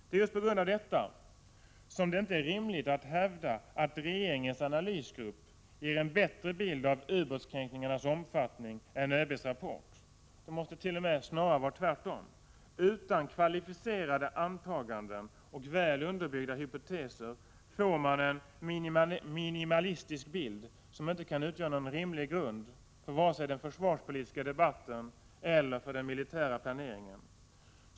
Det är på grund av detta som det inte är rimligt att hävda att regeringens analysgrupp ger en bättre bild av ubåtskränkningarnas omfattning än ÖB:s rapport. Det måste snarare t.o.m. vara tvärtom. Utan kvalificerade antaganden och väl underbyggda hypoteser får man en minimalistisk bild, som inte kan utgöra någon rimlig grund vare sig för den försvarspolitiska debatten eller för den militära planeringen.